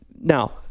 Now